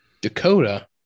Dakota